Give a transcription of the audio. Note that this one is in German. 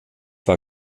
war